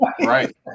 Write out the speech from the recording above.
right